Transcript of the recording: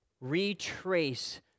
retrace